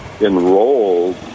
enrolled